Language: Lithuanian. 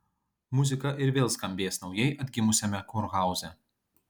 muzika ir vėl skambės naujai atgimusiame kurhauze